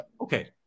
Okay